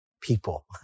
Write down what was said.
people